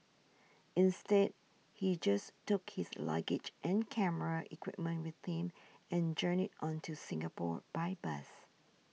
instead he just took his luggage and camera equipment with him and journeyed on to Singapore by bus